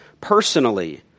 personally